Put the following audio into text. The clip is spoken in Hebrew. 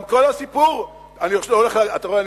גם כל הסיפור, אתה רואה?